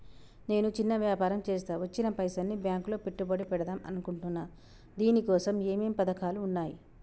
నేను చిన్న వ్యాపారం చేస్తా వచ్చిన పైసల్ని బ్యాంకులో పెట్టుబడి పెడదాం అనుకుంటున్నా దీనికోసం ఏమేం పథకాలు ఉన్నాయ్?